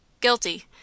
Guilty